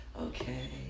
Okay